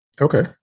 okay